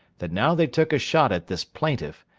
that now they took a shot at this plaintiff,